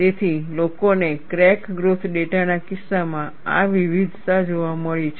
તેથી લોકોને crack growth ડેટાના કિસ્સામાં આ વિવિધતા જોવા મળી છે